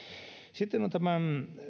sitten on